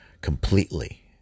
completely